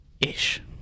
ish